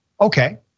Okay